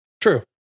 True